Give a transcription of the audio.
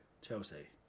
Chelsea